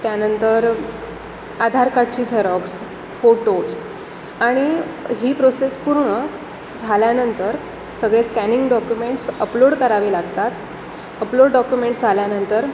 त्यानंतर आधार कार्डची xerox photos आणि ही प्रोसेस पूर्ण झाल्यानंतर सगळे स्कॅनिंग डॉक्युमेंट्स अपलोड करावे लागतात अपलोड डॉक्युमेंट्स झाल्यानंतर